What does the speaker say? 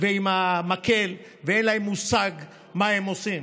ועם המקל ואין להם מושג מה הם עושים.